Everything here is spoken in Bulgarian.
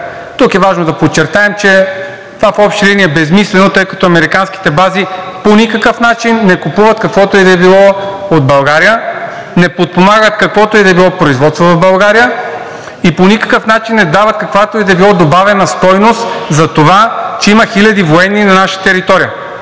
Тук е важно да подчертаем, че това в общи линии е безсмислено, тъй като американските бази по никакъв начин не купуват каквото и да било от България, не подпомагат каквото и да било производство в България и по никакъв начин не дават каквато и да било добавена стойност за това, че има хиляди военни на наша територия.